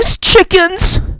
chickens